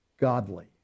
Godly